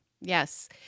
Yes